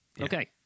Okay